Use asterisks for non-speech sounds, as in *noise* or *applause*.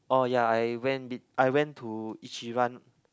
oh ya I went *noise* I went to Ichiran